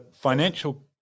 financial